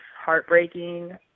heartbreaking